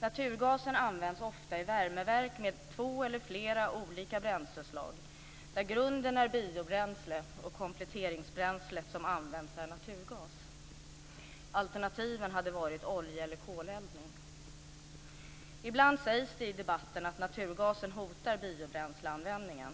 Naturgasen används ofta i värmeverk med två eller flera olika bränsleslag där grunden är biobränsle och kompletteringsbränslet som används är naturgas. Alternativen hade varit oljeeller koleldning. Ibland sägs det i debatten att naturgasen hotar biobränsleanvändningen,